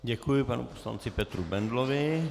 Děkuji panu poslanci Petru Bendlovi.